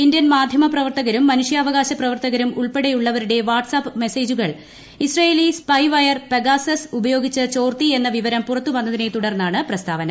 Indian മാധ്യമപ്രവർത്തകരും മനുഷ്യാവകാശ പ്രവർത്തകരും ഉൾപ്പെടെയുള്ളവരുടെ വാട്ട്സ് ആപ്പ് മെസേജുകൾ ഇസ്രയേലി സ്പൈവെയർ പെഗാസസ് ഉപയോഗിച്ച് ചോർത്തി എന്ന വിവരം പുറത്തു വന്നതിനെ തുടർന്നാണ് പ്രസ്താവന